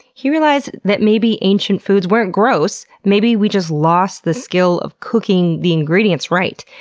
he realized that maybe ancient foods weren't gross, maybe we just lost the skill of cooking the ingredients right.